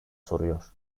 soruyor